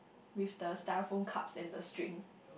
with the styrofoam cups and the string